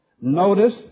Notice